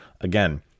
Again